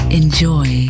enjoy